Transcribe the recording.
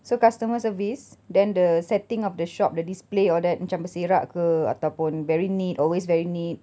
so customer service then the setting of the shop the display all that macam berselerak ke ataupun very neat always very neat